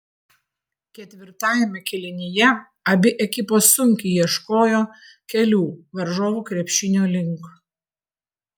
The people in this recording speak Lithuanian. ketvirtajame kėlinyje abi ekipos sunkiai ieškojo kelių varžovų krepšinio link